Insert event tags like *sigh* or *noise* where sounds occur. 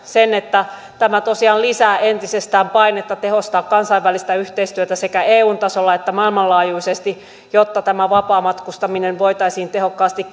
sen että tämä tosiaan lisää entisestään painetta tehostaa kansainvälistä yhteistyötä sekä eun tasolla että maailmanlaajuisesti jotta tämä vapaamatkustaminen voitaisiin tehokkaasti *unintelligible*